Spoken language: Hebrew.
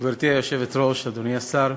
גברתי היושבת-ראש, אדוני השר,